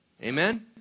Amen